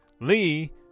Lee